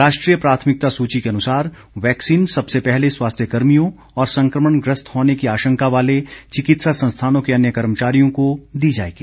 राष्ट्रीय प्राथमिकता सूची के अनुसार वैक्सीन सबसे पहले स्वास्थ्य कर्मियों और संक्रमण ग्रस्त होने की आशंका वाले चिकित्सा संस्थानों के अन्य कर्मचारियों को दी जाएगी